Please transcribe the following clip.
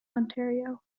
ontario